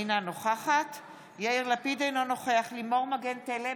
אינה נוכחת יאיר לפיד, אינו נוכח לימור מגן תלם,